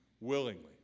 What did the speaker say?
willingly